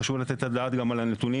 חשוב לתת את הדעת גם על הנתונים,